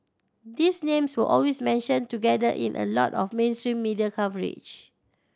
these names were always mentioned together in a lot of mainstream media coverage